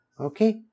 okay